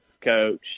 coach